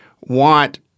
want